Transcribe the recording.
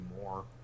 more